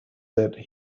that